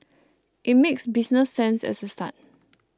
it makes business sense as a start